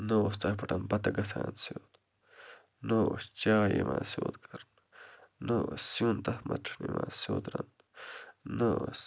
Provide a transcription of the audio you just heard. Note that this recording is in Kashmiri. نَہ اوس تَتھ پٮ۪ٹھ بتہٕ گَژھان سیود نَہ اوس چاے یِوان سیود کَرنہٕ نَہ اوس سیُن تَتھ منٛزن سیود یِوان رننہٕ نَہ اوس